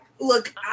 Look